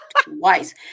twice